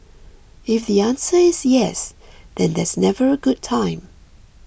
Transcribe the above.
if the answer is yes then there's never a good time